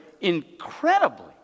incredibly